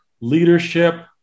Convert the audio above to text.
leadership